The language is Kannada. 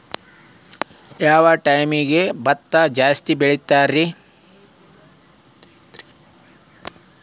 ಯಾವ ಟೈಮ್ಗೆ ಭತ್ತ ಜಾಸ್ತಿ ಬೆಳಿತೈತ್ರೇ?